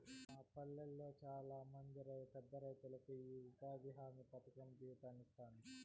మా పల్లెళ్ళ శానమంది పేదరైతులకు ఈ ఉపాధి హామీ పథకం జీవితాన్నిచ్చినాది